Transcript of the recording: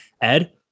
Ed